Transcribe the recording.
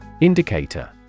Indicator